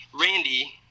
Randy